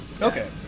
okay